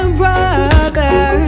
brother